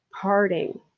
parting